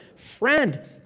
Friend